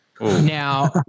Now